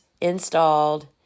installed